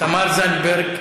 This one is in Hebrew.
תמר זנדברג,